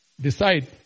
decide